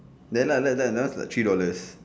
then ah like that that one is like three dollars